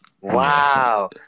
Wow